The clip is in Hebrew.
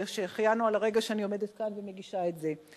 זה שהחיינו על הרגע שאני עומדת כאן ומגישה את זה.